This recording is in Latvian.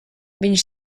viņš